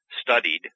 studied